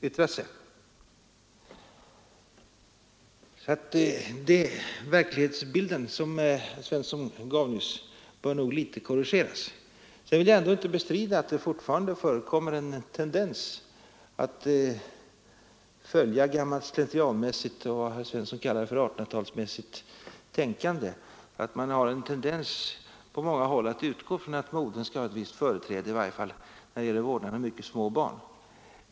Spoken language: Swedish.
Den verklighetsbild som herr Svensson nyss gav bör nog korrigeras litet, men jag vill inte bestrida att det fortfarande på många håll förekommer en tendens att följa gammalt slentrianmässigt och vad herr Svensson kallade för 1800-talsmässigt tänkande och att utgå ifrån att modern skall ha ett visst företräde i varje fall när det gäller vårdnaden av mycket små barn.